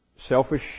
selfish